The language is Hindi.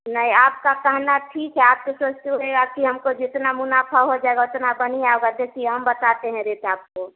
नहीं आपका कहना ठीक है आप तो सोचते होगे कि हमको जितना मुनाफ़ा हो जाएगा उतना बढ़िया होगा देखिए हम बताते हैं रेट आपको